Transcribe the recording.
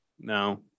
no